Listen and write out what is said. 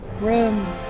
room